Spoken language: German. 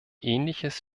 ähnliches